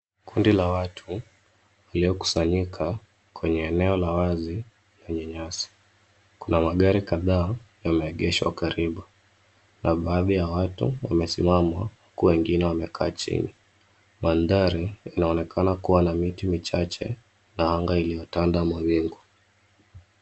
Kundi la watu iliyokusanyika kwenye eneo la wazi lenye nyasi. Kuna magari kadhaa yameegeshwa karibu. Na baadhi ya watu wamesimama huku wengine wamekaa chini. Mandhari inaonekana kuwa na miti michache na anga iliyotanda mawingu.